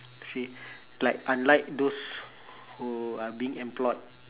see like unlike those who are being employed